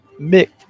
Mick